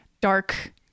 dark